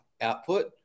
output